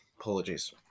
apologies